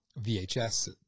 VHS